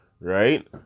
right